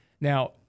now